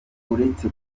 uretse